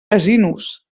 casinos